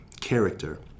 character